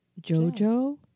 Jojo